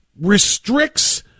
restricts